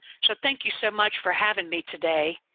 so thank you so much for having me today,